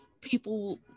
people